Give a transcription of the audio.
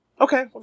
Okay